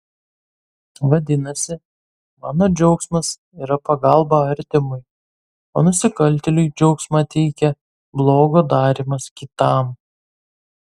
vadinasi mano džiaugsmas yra pagalba artimui o nusikaltėliui džiaugsmą teikia blogo darymas kitam